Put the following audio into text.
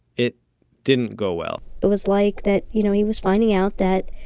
it didn't go well it was like that, you know, he was finding out that,